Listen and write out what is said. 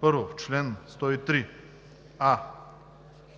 1. В чл. 103: а)